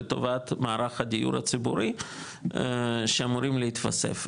לטובת מערך הדיור הציבורי שאמורים להתווסף.